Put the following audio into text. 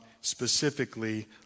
specifically